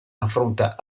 affronta